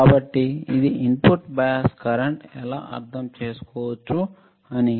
కాబట్టి ఇది input bias current ఎలా అర్థం చేసుకోవచ్చు అని